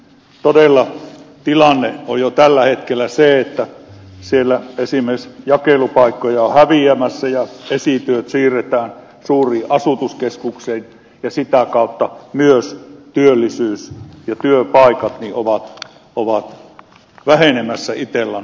todella tilanne on jo tällä hetkellä se että siellä esimerkiksi jakelupaikkoja on häviämässä ja esityöt siirretään suuriin asutuskeskuksiin ja sitä kautta myös työllisyys ja työpaikat ovat vähenemässä itellan puolella